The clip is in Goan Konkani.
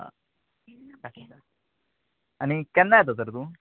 आनी केन्ना येतात तर तूं